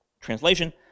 translation